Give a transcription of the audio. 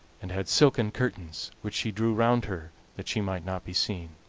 and had silken curtains, which she drew round her that she might not be seen.